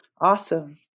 Awesome